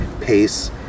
pace